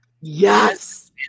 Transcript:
Yes